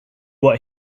what